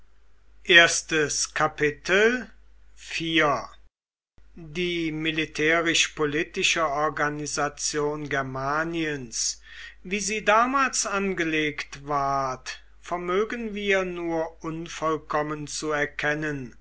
die militärisch politische organisation germaniens wie sie damals angelegt ward vermögen wir nur unvollkommen zu erkennen